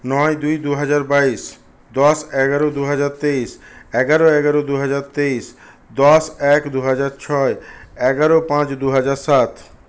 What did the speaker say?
নয় দুই দুহাজার বাইশ দশ এগারো দুহাজার তেইশ এগারো এগারো দুহাজার তেইশ দশ এক দুহাজার ছয় এগারো পাঁচ দুহাজার সাত